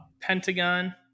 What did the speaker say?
Pentagon